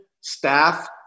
staff